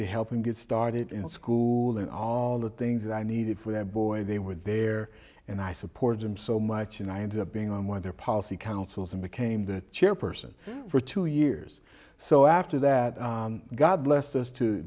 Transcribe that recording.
to help him get started in school and all the things i needed for the boy they were there and i supported them so much and i ended up being on one of their policy councils and became the chairperson for two years so after that god blessed us to